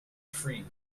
free